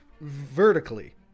vertically